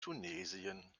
tunesien